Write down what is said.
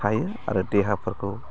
थायो आरो देहाफोरखौ